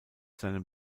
seinem